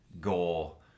goal